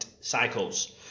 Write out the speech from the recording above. cycles